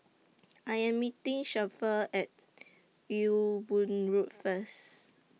I Am meeting Shafter At Ewe Boon Road First